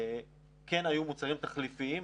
כן היו מוצרים תחליפיים,